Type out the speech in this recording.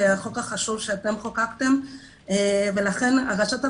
והחוק החשוב שאתם חוקקתם ולכן הגשת הבקשה,